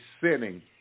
sinning